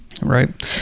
Right